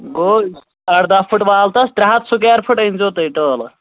گوٚو اَرداہ پھٕٹہٕ والتَس ترٛےٚ ہَتھ سُکیر پھٕٹ أنۍزیو تُہۍ ٹٲلہٕ